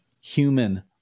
human